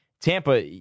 Tampa